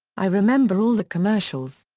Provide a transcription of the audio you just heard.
i remember all the commercials.